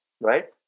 right